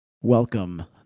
welcome